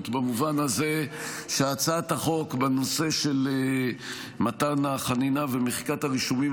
במובן הזה שהצעת החוק בנושא של מתן החנינה ומחיקת הרישומים